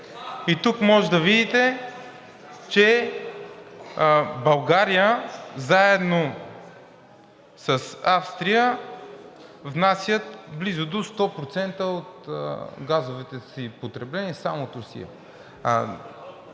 и тук можете да видите, че България заедно с Австрия внасят близо до 100% от газовите си потребления само от Русия.